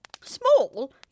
Small